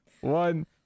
one